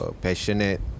passionate